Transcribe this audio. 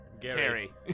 Gary